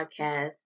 podcast